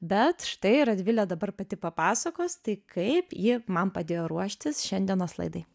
bet štai radvilė dabar pati papasakos tai kaip ji man padėjo ruoštis šiandienos laidai